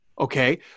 Okay